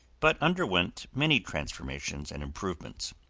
but underwent many transformations and improvements.